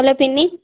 hello పిన్ని